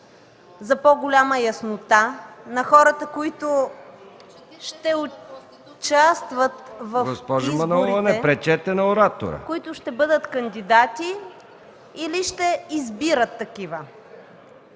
за по-голяма яснота на хората, които ще участват в изборите, които ще бъдат кандидати или ще избират такива.